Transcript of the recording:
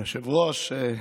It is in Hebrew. אדוני היושב-ראש,